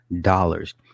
dollars